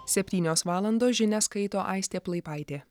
septynios valandos žinias skaito aistė plaipaitė